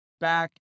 back